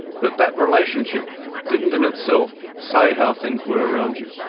but that relationship didn't in itself say how things were around you.